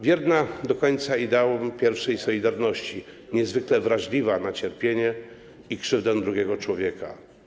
Wierna do końca ideałom pierwszej „Solidarności”, niezwykle wrażliwa na cierpienie i krzywdę drugiego człowieka.